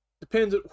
depends